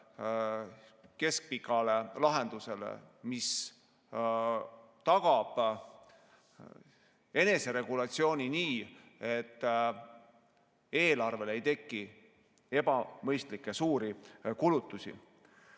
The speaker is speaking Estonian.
keskpikale lahendusele, mis tagab eneseregulatsiooni nii, et eelarvest ei teki ebamõistlikke suuri kulutusi.